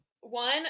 one